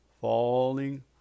falling